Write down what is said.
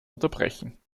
unterbrechen